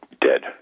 dead